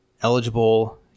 eligible